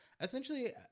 essentially